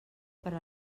per